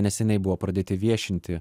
neseniai buvo pradėti viešinti